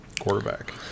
quarterback